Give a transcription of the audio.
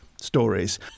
stories